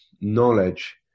knowledge